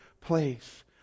place